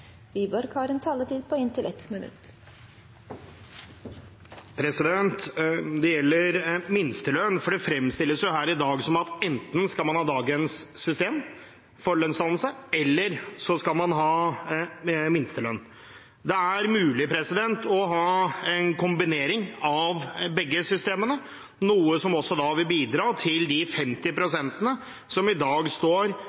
Wiborg har hatt ordet to ganger tidligere og får ordet til en kort merknad, begrenset til 1 minutt. Når det gjelder minstelønn, fremstilles det her i dag som at enten skal man ha dagens system for lønnsdannelse, eller så skal man ha minstelønn. Det er mulig å ha en kombinasjon av begge systemene, noe som også da vil bidra for de 50